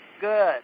Good